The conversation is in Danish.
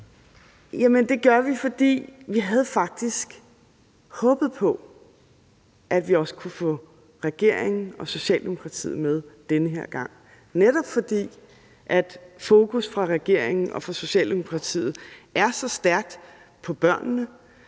det gør vi, fordi vi faktisk havde håbet på, at vi også kunne få regeringen og Socialdemokratiet med den her gang. Netop fordi fokus fra regeringen og Socialdemokratiets side er så stærkt på børnene,